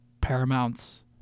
Paramount's